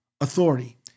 authority